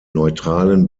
neutralen